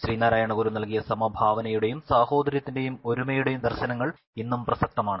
ശ്രീനാരായണ ഗുരു നല്കിയ സമഭാവനയുടെയും സാഹോദര്യത്തിന്റെയും ഒരുമയുടെയും ദർശനങ്ങൾ ഇന്നും പ്രസക്തമാണ്